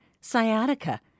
sciatica